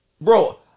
bro